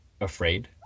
afraid